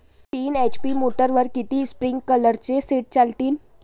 तीन एच.पी मोटरवर किती स्प्रिंकलरचे सेट चालतीन?